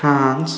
France